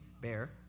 bear